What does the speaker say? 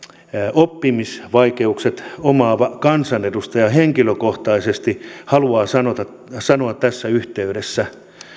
oppimisvaikeudet omaava kansanedustaja henkilökohtaisesti haluaa sanoa tässä yhteydessä